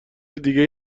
دیگه